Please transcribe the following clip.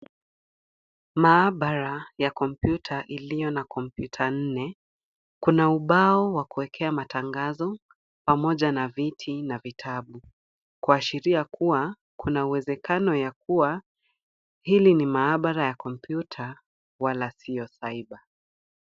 Maabara ya kompyuta iliyo na kompyuta nne, kuna ubao wa kuwekea matangazo pamoja na viti na vitabu, kuashiria kuwa kuna uwezekano ya kuwa hili ni maabara ya kompyuta, wala sio cyber .